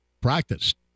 practiced